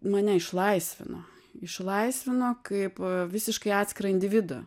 mane išlaisvino išlaisvino kaip visiškai atskirą individą